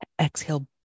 Exhale